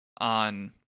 on